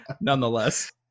Nonetheless